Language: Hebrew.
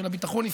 של הביטחון,